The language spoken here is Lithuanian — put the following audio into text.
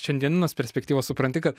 šiandieninės perspektyvos supranti kad